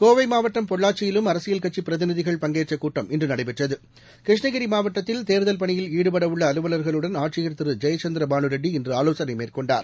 கோவைமாவட்டம் பொள்ளாச்சியிலும் அரசியல் கட்சிபிரதிநிதிகள் பங்கேற்கூட்டம் இன்றுநடைபெற்றது கிருஷ்ணகிரிமாவட்டத்தில் ஈடுபடவுள்ளஅலுவலர்களுடன் ஆட்சியர் திருஜெயச்சந்திரபானுரெட்டி இன்றுஆலோசனைமேற்கொண்டார்